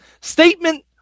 Statement